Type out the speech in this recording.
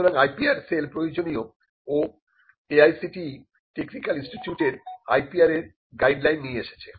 সুতরাং IPR cell প্রয়োজনীয় ও AICTE টেকনিক্যাল ইনস্টিটিউটের IPR এর গাইডলাইন নিয়ে এসেছে